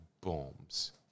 bombs